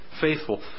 faithful